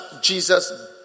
Jesus